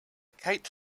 kite